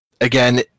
again